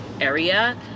area